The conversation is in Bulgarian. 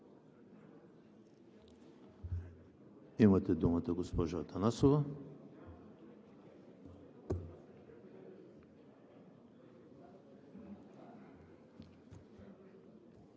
Имате думата, госпожо Атанасова.